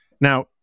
Now